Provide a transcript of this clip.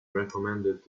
recommended